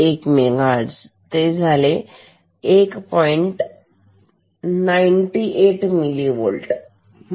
5 x 1